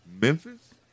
Memphis